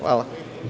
Hvala.